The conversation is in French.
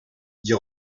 dit